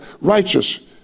righteous